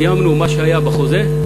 סיימנו את מה שהיה בחוזה,